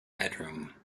bedroom